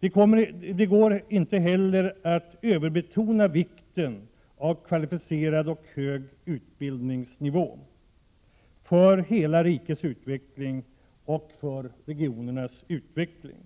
Det går inte heller att överbetona vikten av kvalificerad och hög utbildningsnivå för hela rikets och för regionernas utveckling.